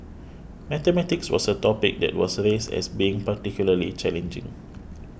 mathematics was a topic that was raised as being particularly challenging